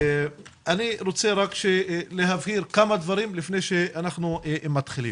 אני רוצה להבהיר כמה דברים לפני שאנחנו מתחילים,